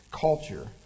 culture